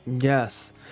Yes